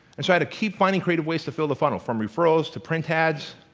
and i had to keep finding creative ways to fill the funnel. from referrals, to print ads,